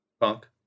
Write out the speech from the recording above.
Punk